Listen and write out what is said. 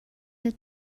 the